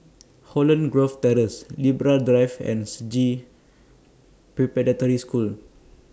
Holland Grove Terrace Libra Drive and Sji Preparatory School